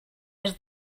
est